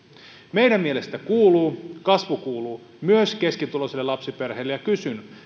meidän mielestämme kuuluu kasvu kuuluu myös keskituloisille lapsiperheille ja kysyn